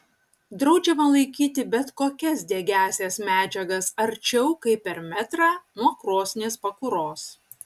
draudžiama laikyti bet kokias degiąsias medžiagas arčiau kaip per metrą nuo krosnies pakuros